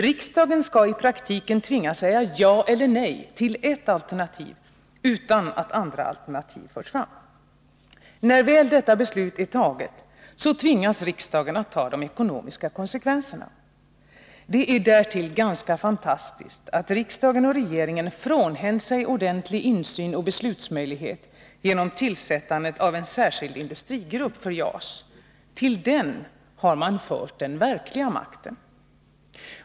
Riksdagen skall i praktiken tvingas säga ja eller nej till ett alternativ, utan att andra alternativ förts fram. När väl detta beslut är fattat, tvingas riksdagen att ta de ekonomiska konsekvenserna. Det är därtill ganska fantastiskt att riksdagen och regeringen frånhänt sig ordentlig insyn och beslutsmöjlighet genom tillsättandet av en särskild industrigrupp för JAS. Till denna har man fört den verkliga makten.